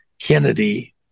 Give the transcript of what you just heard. Kennedy